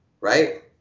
right